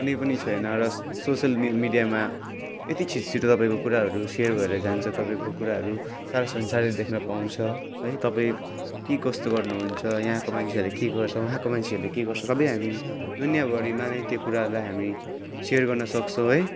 कुनै पनि छैन र सोसियल मि मिडियामा यति छिटोछिटो तपाईँको कुराहरू सेयर भएर जान्छ तपाईँको कुराहरू सारा संसारले देख्नु पाउँछ है तपाईँ के कस्तो गर्नुहुन्छ यहाँको मान्छेहरूलाई के गर्छ वहाँको मान्छेहरूले के गर्छ वहाँको मान्छेहरूले के गर्छ सबै हामी दुनियाँभरिमा नै त्यो कुराहरूलाई हामी सेयर गर्नसक्छौँ है